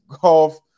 golf